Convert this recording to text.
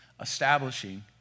Establishing